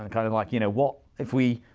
and kind of like you know, what if we,